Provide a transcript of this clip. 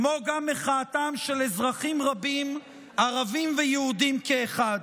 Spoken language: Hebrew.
כמו גם מחאתם של אזרחים רבים, ערבים ויהודים כאחד.